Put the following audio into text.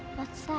what's